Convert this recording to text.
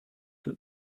that